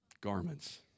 Garments